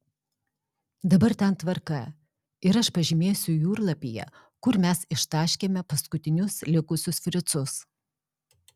dabar ten tvarka ir aš pažymėsiu jūrlapyje kur mes ištaškėme paskutinius likusius fricus